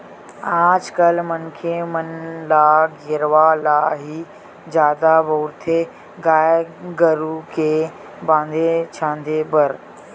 आज कल मनखे मन ल गेरवा ल ही जादा बउरथे गाय गरु के बांधे छांदे बर